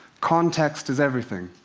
context is everything.